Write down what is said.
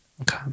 Okay